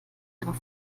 ihrer